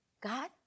God